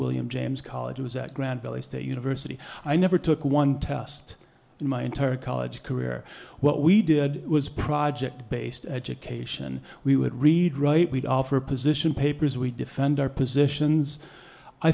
william james college who was at grand valley state university i never took one test in my entire college career what we did was project based education we would read write we'd offer position papers we defend our positions i